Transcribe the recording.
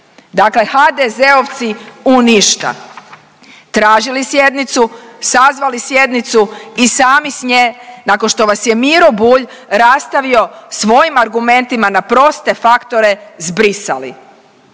Dakle, HDZ-ovci u ništa. Tražili sjednicu, sazvali sjednicu i sami s nje nakon što vas je Miro Bulj rastavio svojim argumentima na proste faktore zbrisali.